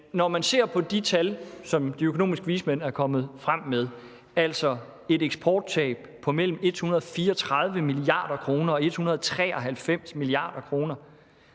når man ser på de tal, som de økonomiske vismænd er kommet frem med, altså et eksporttab på mellem 134 mia. kr. og 193 mia. kr.,